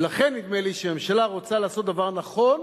ולכן נדמה לי שכשהממשלה רוצה לעשות דבר נכון,